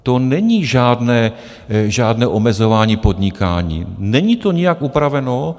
To není žádné omezování podnikání, není to nijak upraveno.